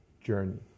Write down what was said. journey